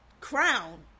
crown